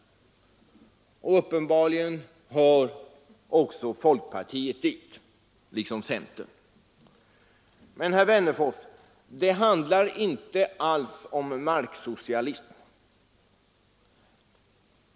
Uppenbarligen hör också folkpartiet dit liksom centern. Men, herr Wennerfors, det handlar inte alls om marksocialism.